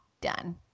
Done